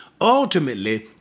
ultimately